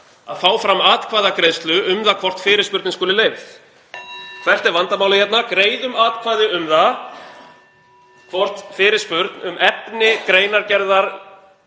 að fá fram atkvæðagreiðslu um það hvort fyrirspurnin skuli leyfð. (Forseti hringir.) Hvert er vandamálið hérna? Greiðum atkvæði um það hvort fyrirspurn um efni greinargerðar